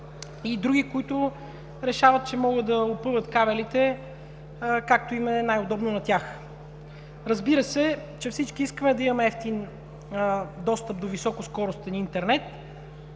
и други, които решават, че могат да опъват кабелите както им е най-удобно на тях. Разбира се, всички искаме да имаме евтин достъп до високоскоростен интернет,